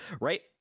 right